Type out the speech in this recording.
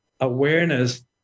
awareness